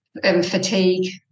fatigue